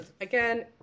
Again